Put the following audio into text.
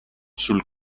sul